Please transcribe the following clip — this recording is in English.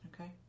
Okay